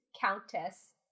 countess